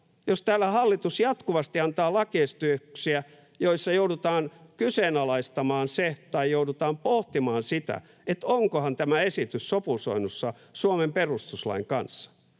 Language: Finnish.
jos täällä hallitus jatkuvasti antaa lakiesityksiä, joissa joudutaan kyseenalaistamaan se tai joudutaan pohtimaan sitä, että onkohan tämä esitys sopusoinnussa Suomen perustuslain kanssa.